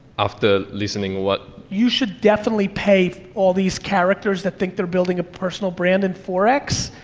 after listening what. you should definitely pay all these characters that think they're building a personal brand in forex,